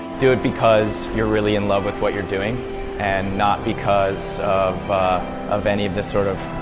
do it because you're really in love with what you're doing and not because of of any of this sort of,